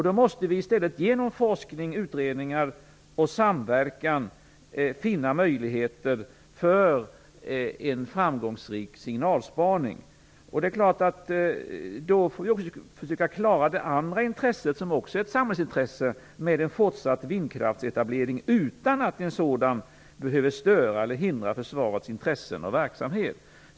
Då måste vi i stället genom forskning, utredningar och samverkan finna möjligheter för en framgångsrik signalspaning. Det är klart att vi då också måste försöka att klara det som också är ett samhällsintresse, nämligen en fortsatt vindkraftsetablering utan att det behöver störa eller hindra försvarets intressen och verksamhet.